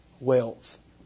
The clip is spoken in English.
wealth